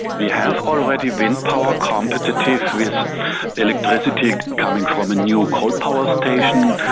we have already wind power competitive with electricity coming from a new coal power station,